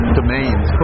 domains